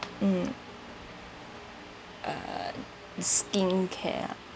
mm uh skincare ah